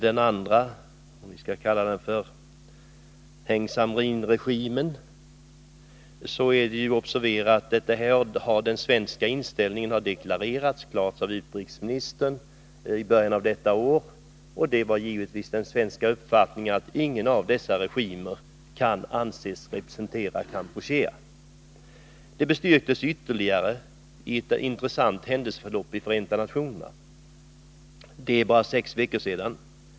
Den andra regimen kallas för Heng Samrin-regimen. Det är att observera att den svenska inställningen, som har deklarerats av utrikesministern i början av detta år, har varit att ingen av dessa regimer kan anses representera Kampuchea. Detta bestyrktes ytterligare av ett intressant händelseförlopp i Förenta nationerna för sex veckor sedan.